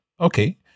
Okay